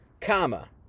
comma